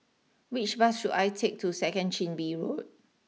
which bus should I take to second Chin Bee Road